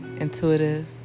intuitive